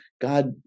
God